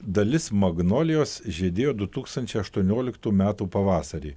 dalis magnolijos žydėjo du tūkstančiai aštuonioliktų metų pavasarį